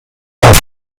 auf